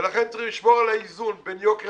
ולכן צריך לשמור על האיזון בין יוקר